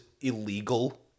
illegal